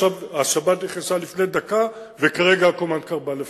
השבת נכנסה לפני דקה וכרגע הקומנדקר בא לפנות,